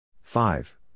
Five